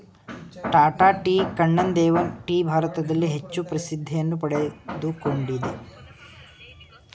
Tata tea, Kannan Devan tea ಭಾರತದಲ್ಲಿ ಹೆಚ್ಚು ಪ್ರಸಿದ್ಧಿಯನ್ನು ಪಡಕೊಂಡಿವೆ